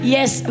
Yes